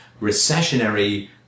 recessionary